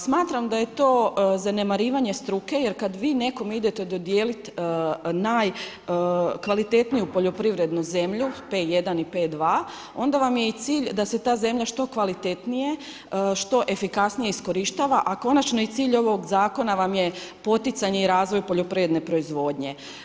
Smatram da je to zanemarivanje struke jer kada vi nekome idete dodijeliti najkvalitetniju poljoprivrednu zemlju P1 i P2 onda vam je i cilj da se ta zemlja što kvalitetnije, što efikasnije iskorištava, a konačno i cilj ovog zakona vam je poticanje i razvoj poljoprivredne proizvodnje.